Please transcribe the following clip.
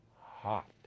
hot